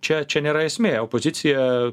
čia čia nėra esmė opozicija